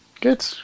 good